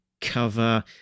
cover